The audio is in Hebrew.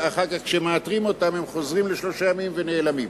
ואחר כך כשמאתרים אותם הם חוזרים לשלושה ימים ושוב נעלמים.